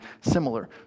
similar